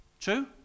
True